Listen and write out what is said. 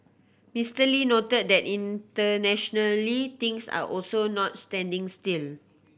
Mister Lee noted that internationally things are also not standing still